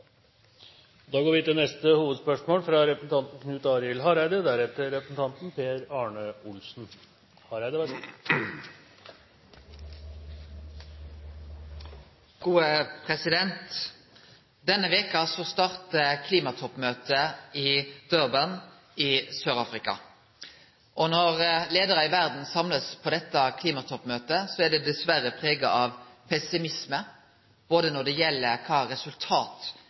Da går vi til neste hovedspørsmål. Denne veka starta klimatoppmøtet i Durban i Sør-Afrika. Når leiarar i verda blir samla på dette klimatoppmøtet, er dei dessverre prega av pessimisme både når det gjeld kva resultat